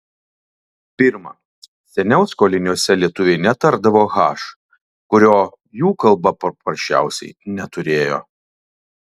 pirma seniau skoliniuose lietuviai netardavo h kurio jų kalba paprasčiausiai neturėjo